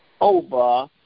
over